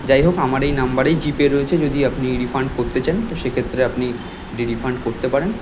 যাই হোক আমার এই নাম্বারেই জিপে রয়েছে যদি আপনি রিফান্ড করতে চান তো সেক্ষেত্রে আপনি রিফান্ড করতে পারেন